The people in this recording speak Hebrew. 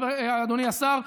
אדוני השר,